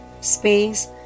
space